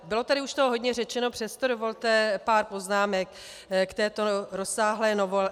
Bylo tady toho už hodně řečeno, přesto dovolte pár poznámek k této rozsáhlé novele.